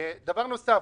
דבר נוסף,